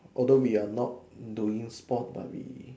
although we are not doing sport but we